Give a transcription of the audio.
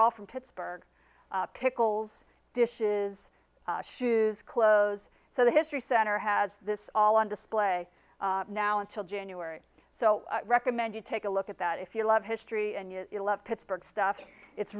all from pittsburgh pickles dishes shoes clothes so the history center has this all on display now until january so recommend you take a look at that if you love history and you love pittsburgh stuff it's